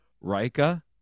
Rika